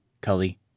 Cully